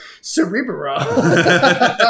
cerebral